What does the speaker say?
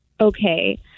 Okay